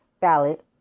ballot